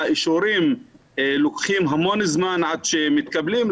האישורים לוקחים המון זמן עד שמתקבלים,